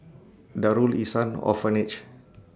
Darul Ihsan Orphanage